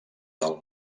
del